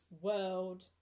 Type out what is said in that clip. world